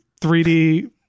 3d